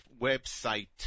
website